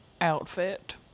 outfit